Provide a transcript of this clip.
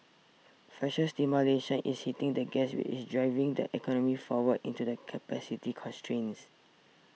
fiscal stimulation is hitting the gas which is driving the economy forward into the capacity constraints